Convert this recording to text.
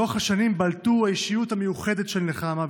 לאורך השנים בלטו האישיות המיוחדת של נחמה.